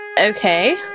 Okay